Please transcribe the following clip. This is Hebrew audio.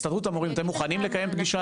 הסתדרות המורים, אתם מוכנים לקיים פגישה היום?